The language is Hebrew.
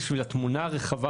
בשביל התמונה הרחבה,